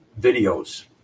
videos